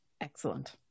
excellent